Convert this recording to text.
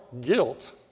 guilt